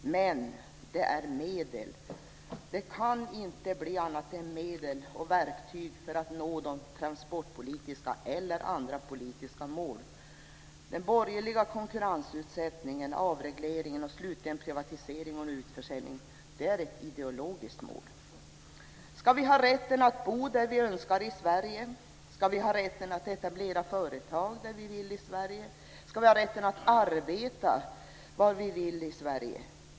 Men det är medel. Det kan inte bli annat än medel och verktyg för att nå de transportpolitiska målen eller andra politiska mål. Den borgerliga konkurrensutsättningen, avregleringen och slutligen privatiseringen och utförsäljningen är ett ideologiskt mål. Ska vi ha rätten att bo där vi önskar i Sverige? Ska vi ha rätten att etablera företag där vi vill i Sverige? Ska vi ha rätten att arbeta var vi vill i Sverige?